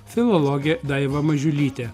filologė daiva mažiulytė